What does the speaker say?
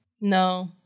No